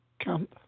Camp